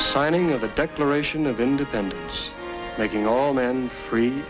the signing of the declaration of independence making all man's free